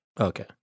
Okay